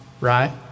right